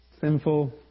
sinful